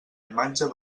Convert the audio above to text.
imatge